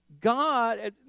God